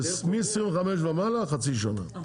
מ-25 ומעלה חצי שנה.